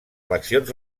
eleccions